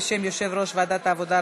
בשם יושב-ראש ועדת העבודה,